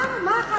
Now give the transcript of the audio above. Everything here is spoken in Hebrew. מה חדש,